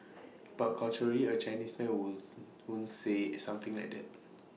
but culturally A Chinese man wouldn't say something like that